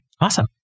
Awesome